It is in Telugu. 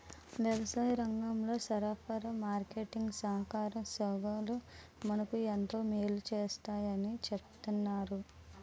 వ్యవసాయరంగంలో సరఫరా, మార్కెటీంగ్ సహాకార సంఘాలు మనకు ఎంతో మేలు సేస్తాయని చెప్తన్నారు